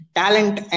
talent